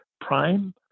prime